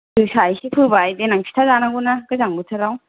जोसा एसे फोबाय देनां फिथा जानांगौना गोजां बोथोराव